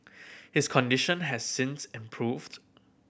his condition has since improved